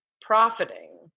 profiting